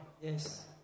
Yes